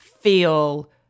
feel